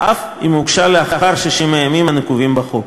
אף אם הוגשה לאחר 60 הימים הנקובים בחוק.